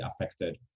affected